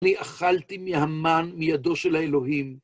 אני אכלתי מהמן מידו של האלוהים.